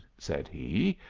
said he,